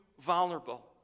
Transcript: vulnerable